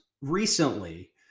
recently